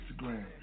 Instagram